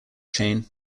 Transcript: chain